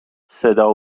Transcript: صدا